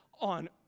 on